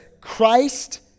Christ